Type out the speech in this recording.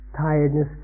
Tiredness